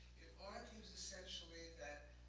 argues essentially that